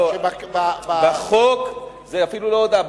זו אפילו לא הודעה.